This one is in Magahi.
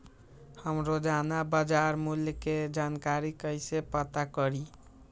हम रोजाना बाजार मूल्य के जानकारी कईसे पता करी?